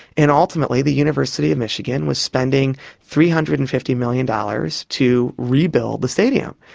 and ultimately the university of michigan was spending three hundred and fifty million dollars to rebuild the stadium,